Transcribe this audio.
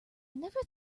never